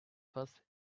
first